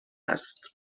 است